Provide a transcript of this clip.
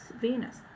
Venus